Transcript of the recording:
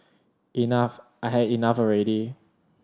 enough I had enough already